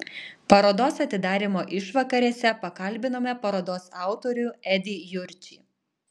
parodos atidarymo išvakarėse pakalbinome parodos autorių edį jurčį